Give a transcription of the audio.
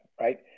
right